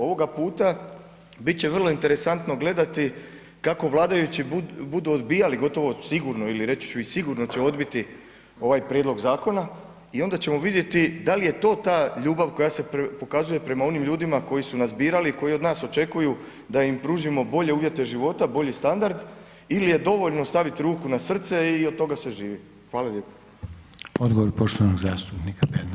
Ovoga puta bit će vrlo interesantno gledati kako vladajući budu odbijali gotovo sigurno ili reći ću, sigurno će odbiti ovaj prijedlog zakona i onda ćemo vidjeti da li je to ta ljubav koja se pokazuje prema onim ljudima koji su nas birali i koji od nas očekuju da im pružimo bolje uvjete života, bolji standard ili je dovoljno staviti ruku na srce i od toga se živjeti.